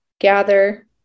gather